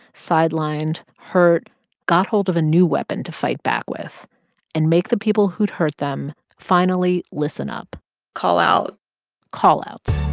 sidelined, hurt got hold of a new weapon to fight back with and make the people who'd hurt them finally listen up call-out call-outs